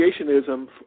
creationism